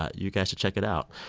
ah you guys should check it out.